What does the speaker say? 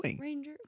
Ranger